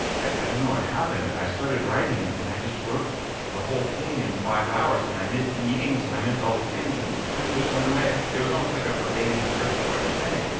i i don't know what happened. i started writing and and i just wrote the whole thing in five hours. and i i missed meetings and i missed all these things. and time just went away. it was almost like a verbatim description of what you're saying.